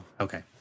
Okay